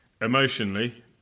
Emotionally